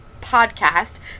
podcast